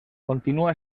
continua